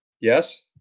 Yes